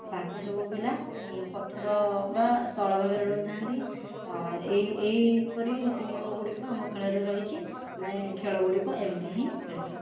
ଆଉ ବାକିସବୁ ପିଲା ପଥର ବା ସ୍ଥଳ ଭାଗରେ ରହିଥାନ୍ତି ଏହି ଏହିପରି ନୀତି ନିୟମ ଗୁଡ଼ିକ ଆମ ଖେଳରେ ରହିଛି ଆମେ ଖେଳ ଗୁଡ଼ିକୁ ଏମିତି ହିଁ ଖେଳିଥାଉ